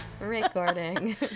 Recording